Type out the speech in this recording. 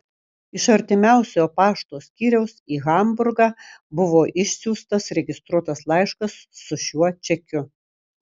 iš artimiausio pašto skyriaus į hamburgą buvo išsiųstas registruotas laiškas su šiuo čekiu